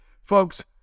Folks